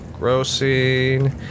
grossing